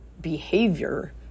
behavior